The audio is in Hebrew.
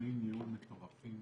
דמי ניהול מטורפים